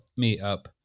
meetup